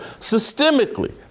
systemically